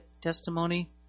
testimony